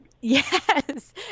Yes